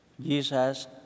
Jesus